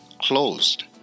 closed